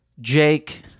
Jake